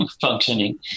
functioning